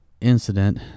incident